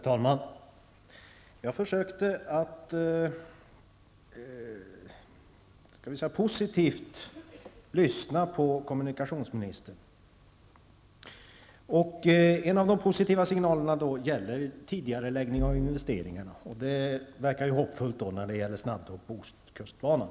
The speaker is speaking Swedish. Herr talman! Jag försökte att positivt lyssna till kommunikationsministern. En av de positiva signalerna avser en tidigareläggning av investeringarna, och det verkar ju hoppfullt när det gäller snabbtåg på ostkustbanan.